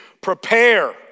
Prepare